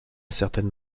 certaines